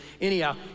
Anyhow